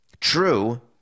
True